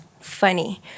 funny